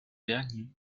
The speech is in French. dernier